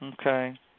Okay